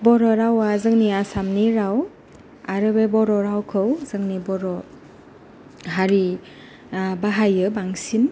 बर' रावा जोंनि आसामनि राव आरो बे बर' रावखौ जोंनि बर' हारि बाहायो बांसिन